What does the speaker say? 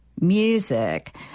Music